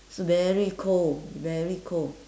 so very cold very cold